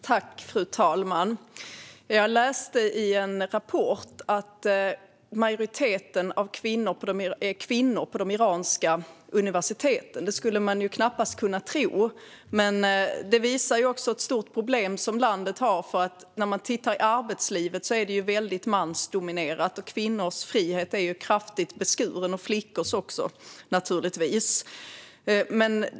Fru talman! Jag läste i en rapport att kvinnor är i majoritet på de iranska universiteten. Det skulle man ju knappast kunna tro. Men det visar också på ett stort problem som landet har, för tittar man på arbetslivet ser man att det är väldigt mansdominerat och att kvinnors och flickors frihet är kraftigt beskuren.